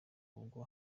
ubwo